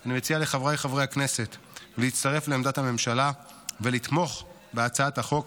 אני מציע לחבריי חברי הכנסת להצטרף לעמדת הממשלה ולתמוך בהצעת החוק